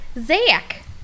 Zach